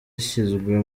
ishyizwe